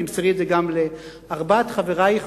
תמסרי את זה גם לארבעת חברייך